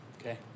Okay